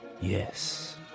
Yes